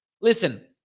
Listen